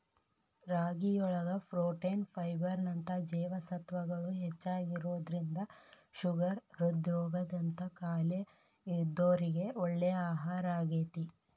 ರಾಗಿಯೊಳಗ protein, fibre ನಂತ ಜೇವಸತ್ವಗಳು ಹೆಚ್ಚಾಗಿರೋದ್ರಿಂದ ಶುಗರ್, ಹೃದ್ರೋಗ ದಂತ ಕಾಯಲೇ ಇದ್ದೋರಿಗೆ ಒಳ್ಳೆ ಆಹಾರಾಗೇತಿ